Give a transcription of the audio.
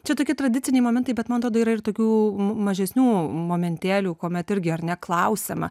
čia tokie tradiciniai momentai bet man atrodo yra ir tokių mažesnių momentėlių kuomet irgi ar ne klausiama